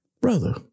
Brother